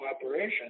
cooperation